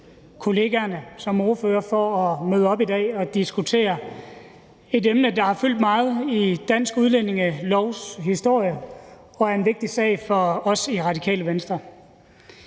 kollegaer, der er ordførere, for at møde op i dag og diskutere et emne, der har fyldt meget i dansk udlændingelovs historie, og som er en vigtig sag for os i Radikale Venstre.